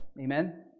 Amen